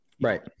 Right